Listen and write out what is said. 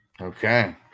Okay